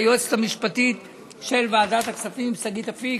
היועצת המשפטית של ועדת הכספים שגית אפיק